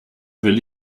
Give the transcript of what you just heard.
will